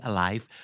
Alive